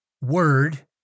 word